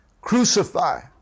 crucify